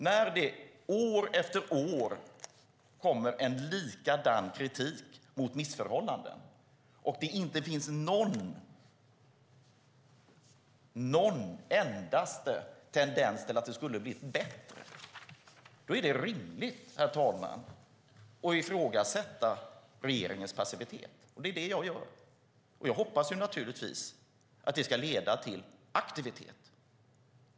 När det år efter år kommer likadan kritik mot missförhållanden och det inte finns en endaste tendens till att det skulle ha blivit bättre är det rimligt, herr talman, att ifrågasätta regeringens passivitet, och det är det jag gör. Jag hoppas naturligtvis att det ska leda till aktivitet.